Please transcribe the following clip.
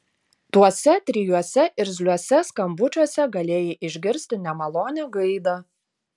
tuose trijuose irzliuose skambučiuose galėjai išgirsti nemalonią gaidą